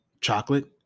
chocolate